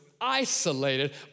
isolated